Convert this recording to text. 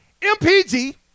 MPG